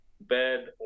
bed